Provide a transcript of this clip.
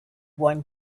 one